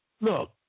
Look